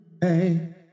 Hey